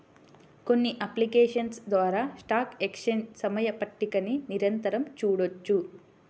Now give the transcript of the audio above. కొన్ని అప్లికేషన్స్ ద్వారా stock exchange సమయ పట్టికని నిరంతరం చూడొచ్చు